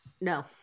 No